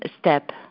step